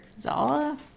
Zala